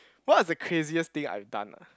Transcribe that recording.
what's the craziest thing I've done ah